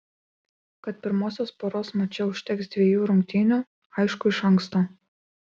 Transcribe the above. kad pirmosios poros mače užteks dvejų rungtynių aišku iš anksto